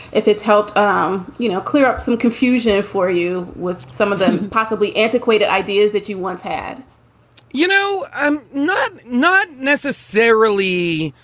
if it's helped um you know clear up some confusion for you with some of them possibly antiquated ideas that you once had you know, i'm not. not necessarily.